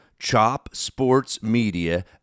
chopsportsmedia